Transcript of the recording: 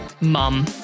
mum